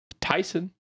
Tyson